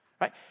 right